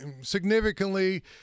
significantly